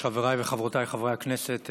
חבריי וחברותיי חברי הכנסת,